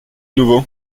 nouveau